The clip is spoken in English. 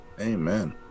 Amen